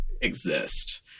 exist